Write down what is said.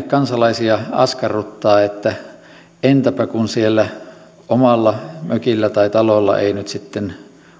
kansalaisia askarruttaa että entäpä kun siellä omalla mökillä tai talolla ei nyt sitten